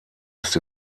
ist